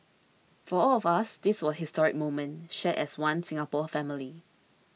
for all of us this was a historic moment shared as One Singapore family